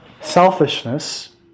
selfishness